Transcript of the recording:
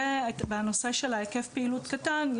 בנושא של היקף פעילות קטן,